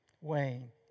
Wayne